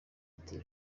ati